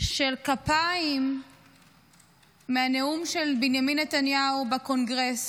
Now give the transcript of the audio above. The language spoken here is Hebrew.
של כפיים מהנאום של בנימין נתניהו בקונגרס,